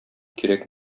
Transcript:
кирәк